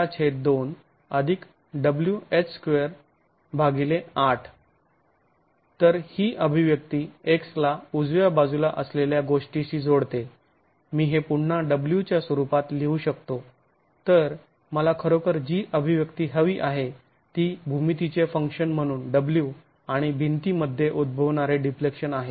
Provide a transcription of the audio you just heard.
2wh28 तर ही अभिव्यक्ती x ला उजव्या बाजूला असलेल्या गोष्टीशी जोडते मी हे पुन्हा w च्या स्वरूपात लिहू शकतो तर मला खरोखर जी अभिव्यक्ती हवी आहे ती भूमितीचे फंक्शन म्हणून w आणि भिंतीमध्ये उद्भवणारे डिफ्लेक्शन आहे